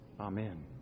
Amen